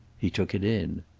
he took it in.